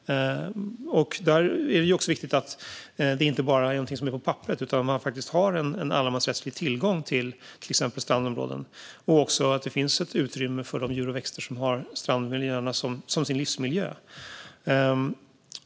Det är viktigt att det inte bara finns på papperet utan att det faktiskt finns en allemansrättslig tillgång till exempelvis strandområden och att det finns utrymme för de djur och växter som har strandmiljöerna som sin livsmiljö.